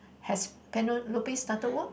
has Penelope started work